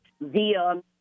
via